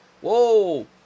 Whoa